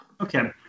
Okay